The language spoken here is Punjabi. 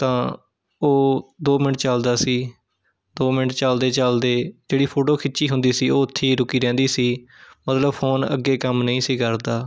ਤਾਂ ਉਹ ਦੋ ਮਿੰਟ ਚੱਲਦਾ ਸੀ ਦੋ ਮਿੰਟ ਚਲਦੇ ਚਲਦੇ ਜਿਹੜੀ ਫੋਟੋ ਖਿੱਚੀ ਹੁੰਦੀ ਸੀ ਉਹ ਉੱਥੇ ਹੀ ਰੁੱਕੀ ਰਹਿੰਦੀ ਸੀ ਮਤਲਬ ਫ਼ੋਨ ਅੱਗੇ ਕੰਮ ਨਹੀਂ ਸੀ ਕਰਦਾ